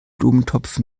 blumentopf